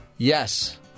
Yes